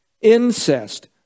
Incest